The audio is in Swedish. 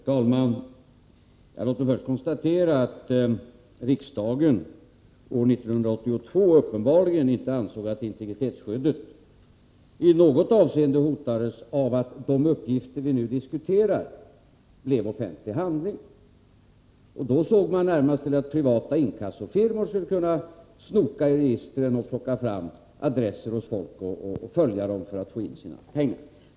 Herr talman! Jag måste först konstatera att riksdagen år 1982 uppenbarligen inte ansåg att integritetsskyddet i något avseende hotades av att de uppgifter som vi nu diskuterar blev offentliga. Då var det närmast fråga om att privata inkassofirmor skulle snoka i registren för att plocka fram uppgifter om adresser, så att de kunde nå människor och få in sina pengar.